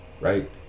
right